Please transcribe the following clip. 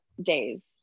days